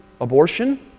Abortion